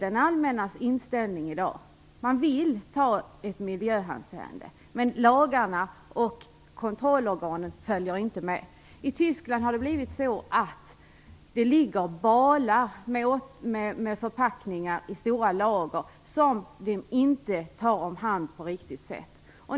Så är allmänhetens inställning i dag. Man vill ta miljöhänsyn. Men lagarna och kontrollorganen följer inte med. I Tyskland har det blivit så att det i stora lager ligger balar med förpackningar som man inte tar omhand på riktigt sätt.